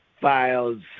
files